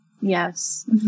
Yes